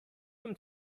from